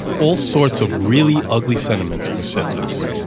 all sorts of really ugly sentiments were set loose.